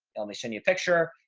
yeah, let me send you a picture.